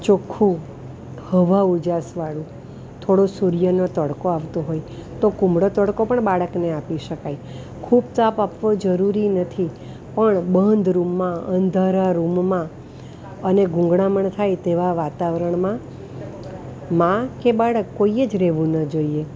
ચોખ્ખું હવા ઉજાસવાળું થોડો સૂર્યનો તડકો આવતો હોય તો કુમળો તડકો પણ બાળકને આપી શકાય ખૂબ તાપ આપવો જરૂરી નથી પણ બંધ રૂમમાં અંધારા રૂમમાં અને ગુંગળામણ થાય તેવા વાતાવરણમાં મા કે બાળક કોઈએ જ રહેવું ન જોઈએ